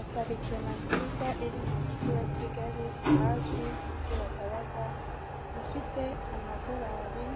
Aparitema nziza iri mu mugi wa Kigali ahazwi nka Kibagabaga ufite amadorari